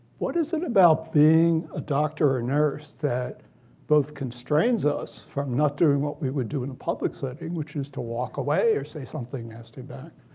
what is it about being a doctor or nurse that both constrains us for not doing what we would do in a public setting, which is to walk away or say something nasty back?